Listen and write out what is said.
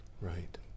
Right